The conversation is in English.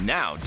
Now